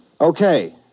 Okay